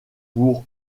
pour